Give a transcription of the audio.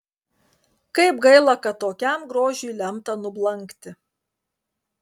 kaip gaila kad tokiam grožiui lemta nublankti